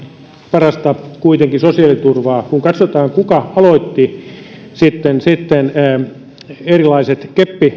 parasta sosiaaliturvaa kun katsotaan kuka aloitti erilaiset